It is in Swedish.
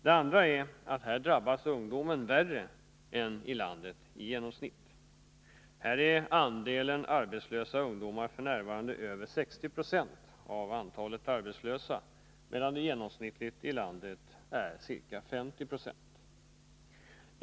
Det andra är att här drabbas ungdomen värre än vad som är genomsnittligt för landet. Här är andelen arbetslösa ungdomar f. n. över 60 90 av antalet arbetslösa, medan andelen genomsnittligt i landet är ca 50 9.